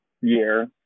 year